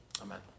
Amen